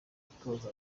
gutoza